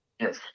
Yes